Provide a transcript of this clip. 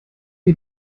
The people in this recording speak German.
wir